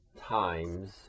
times